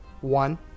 one